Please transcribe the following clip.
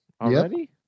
Already